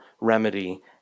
remedy